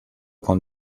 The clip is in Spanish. con